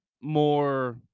more